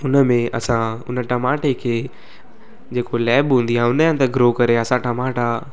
उन में असां उन टमाटे खे जेको लैब हूंदी आहे उन जे अंदर ग्रो करे असां टमाटा